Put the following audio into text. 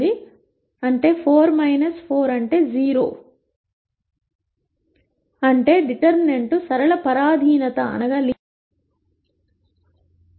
ఇప్పుడు మీరు ఈ సమీకరణాలను వ్రాసేటప్పుడు సమీకరణాలను చూద్దాం మొదటి సమీకరణం x1 2x2 5 కి ముందు నేను చెప్పినట్లు రెండవ సమీకరణం 2x1 4 4x2 10 రాయాలి